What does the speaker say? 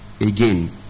again